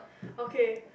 okay